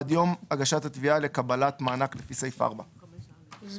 עד יום הגשת תביעה לקבלת מענק לפי סעיף 4." התנאי